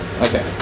Okay